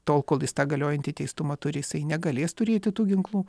tol kol jis tą galiojantį teistumą turi jisai negalės turėti tų ginklų